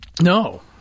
No